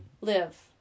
live